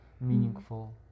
meaningful